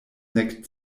nek